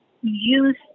use